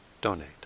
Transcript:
donate